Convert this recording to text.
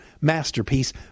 masterpiece